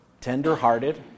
tender-hearted